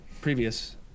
previous